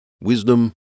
wisdom